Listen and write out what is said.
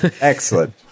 Excellent